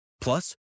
Plus